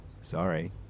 Sorry